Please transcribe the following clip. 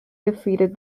defeated